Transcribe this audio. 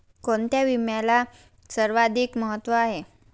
कोणता विम्याला सर्वाधिक महत्व आहे?